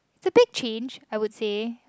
it's a big change I would say